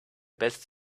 best